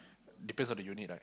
depends on the unit right